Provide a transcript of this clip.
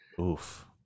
Oof